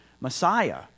Messiah